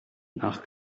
nach